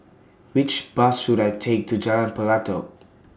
Which Bus should I Take to Jalan Pelatok